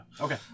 Okay